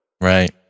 Right